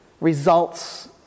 results